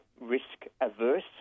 risk-averse